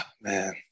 Man